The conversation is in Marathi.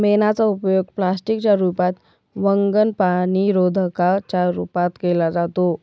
मेणाचा उपयोग प्लास्टिक च्या रूपात, वंगण, पाणीरोधका च्या रूपात केला जातो